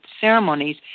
ceremonies